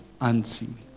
unseen